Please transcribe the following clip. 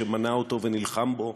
שמנע אותו ונלחם בו